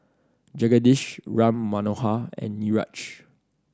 Jagadish Ram Manohar and Niraj